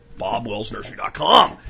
BobWellsNursery.com